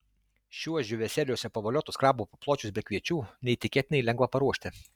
šiuos džiūvėsėliuose pavoliotus krabų papločius be kviečių neįtikėtinai lengva paruošti